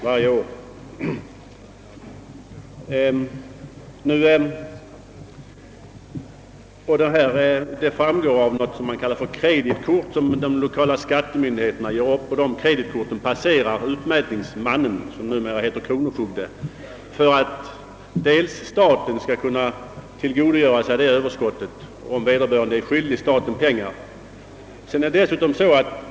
Beloppets storlek framgår av de kreditkort, som de lokala skattemyndigheterna gör upp. Dessa passerar utmätningsmannen, som numera kallas kronofogde, för att staten skall kunna tillgodogöra sig detta överskott, om vederbörande är skyldig staten pengar.